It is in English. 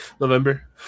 November